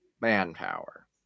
manpower